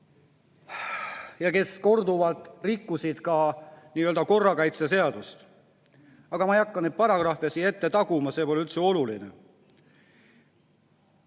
ja kes korduvalt rikkusid korrakaitseseadust. Aga ma ei hakka neid paragrahve siin ette taguma, see pole üldse oluline.